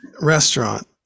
restaurant